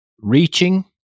reaching